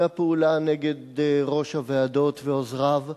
והפעולה נגד ראש ה"ועדות" ועוזריו היתה,